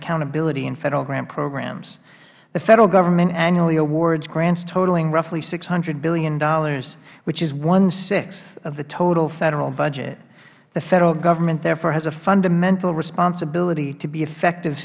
accountability in federal grant programs the federal government annually awards grants totaling roughly six hundred dollars billion which is one sixth of the total federal budget the federal government therefore has a fundamental responsibility to be effective